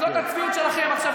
וזו הצביעות שלכם עכשיו.